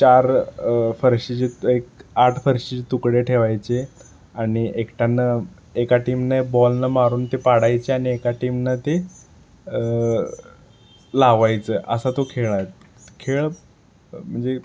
चार फरशीचे एक आठ फरशीचे तुकडे ठेवायचे आणि एकट्यानं एका टीमने बॉलनं मारून ते पाडायचे आणि एका टीमनं ते लावायचे असा तो खेळ आहे खेळ म्हणजे